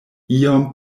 iom